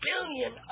billion